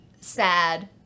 sad